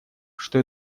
что